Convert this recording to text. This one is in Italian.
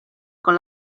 con